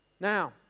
Now